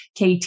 KT